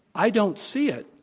i don't see it.